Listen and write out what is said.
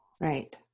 Right